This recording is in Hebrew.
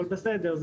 אבל בסדר,